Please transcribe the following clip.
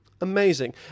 Amazing